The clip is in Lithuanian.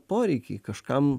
poreikį kažkam